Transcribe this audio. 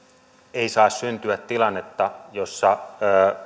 ei saa syntyä tilannetta jossa